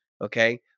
Okay